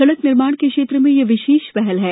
सड़क निर्माण के क्षेत्र में यह विशेष पहल है